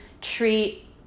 treat